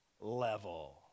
level